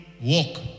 walk